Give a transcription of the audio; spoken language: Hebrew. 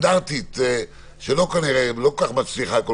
אנחנו לא מתעקשים על